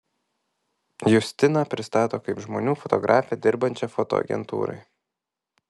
justiną pristato kaip žmonių fotografę dirbančią fotoagentūrai